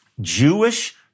Jewish